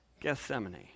Gethsemane